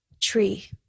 Tree